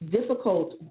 difficult